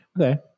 Okay